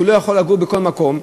והוא לא יכול לגור בכל מקום,